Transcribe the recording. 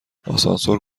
آسانسور